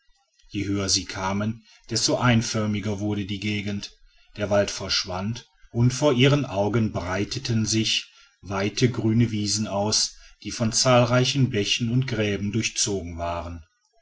je höher sie kamen desto einförmiger wurde die gegend der wald verschwand und vor ihren augen breiteten siche weite grüne wiesen aus die von zahlreichen bächen und gräben durchzogen waren